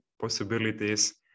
possibilities